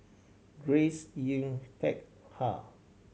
Grace Yin Peck Ha